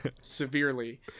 severely